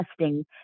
testing